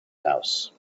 house